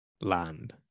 land